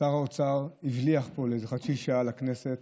שר האוצר הבליח פה לאיזה חצי שעה לכנסת.